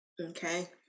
okay